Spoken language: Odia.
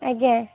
ଆଜ୍ଞା